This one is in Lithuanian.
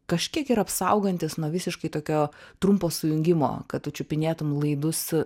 kažkiek ir apsaugantys nuo visiškai tokio trumpo sujungimo kad tu čiupinėtum laidus